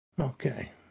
Okay